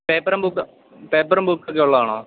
പേപ്പറും ബുക്ക് പേപ്പറും ബുക്കും ഒക്കെ ഉള്ളതാണോ